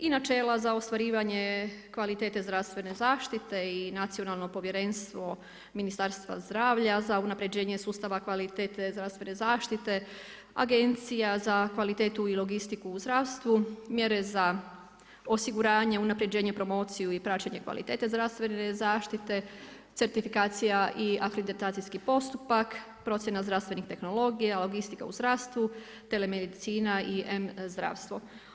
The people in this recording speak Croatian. I načela za ostvarivanje kvalitete zdravstvene zaštite i nacionalno povjerenstvo Ministarstvo zdravlja, za unaprjeđenje sustava kvalitete zdravstvene zaštite, agencija za kvalitetu i logistiku u zdravstvu, mjere za osiguranje, unaprijeđenije, promociju i praćenje kvalitete zdravstvene zaštite, certifikacija i akreditacijski postupak, procjena zdravstvenih tehnologija, logistika u zdravstvu, te medicina i e-zdravstvo.